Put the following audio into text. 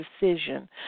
decision